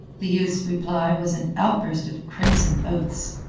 the youth's reply was an outburst of crimson oaths.